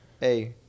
Hey